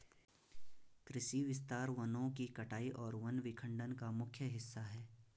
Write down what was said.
कृषि विस्तार वनों की कटाई और वन विखंडन का मुख्य हिस्सा है